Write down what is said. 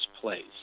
place